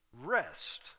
rest